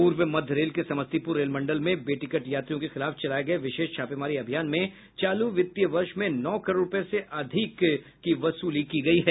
पूर्व मध्य रेल के समस्तीपुर रेल मंडल मे बेटिकट यात्रियों के खिलाफ चलाये गये विशेष छापेमारी अभियान में चालू वित्तीय वर्ष मे नौ करोड़ रूपये से अधिक वसूल किये गये है